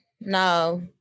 no